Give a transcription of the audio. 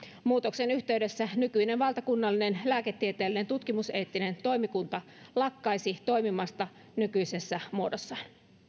muutoksen yhteydessä nykyinen valtakunnallinen lääketieteellinen tutkimuseettinen toimikunta lakkaisi toimimasta nykyisessä muodossaan